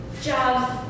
jobs